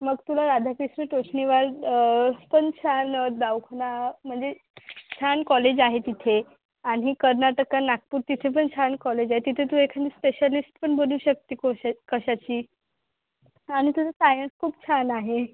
मग तुला राधाकृष्ण तोष्णीवाल पण छान दवाखाना म्हणजे छान कॉलेज आहे तिथे आणि कर्नाटक आणि नागपूर तिथे पण छान कॉलेज आहे तिथे तू एखादी स्पेशालिस्ट पण बनू शकते कोशा कशाची आणि तुझं सायन्स खूप छान आहे